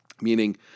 meaning